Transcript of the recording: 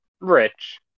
rich